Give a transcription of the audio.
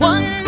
One